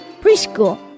Preschool